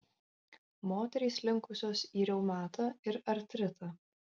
moterys linkusios į reumatą ir artritą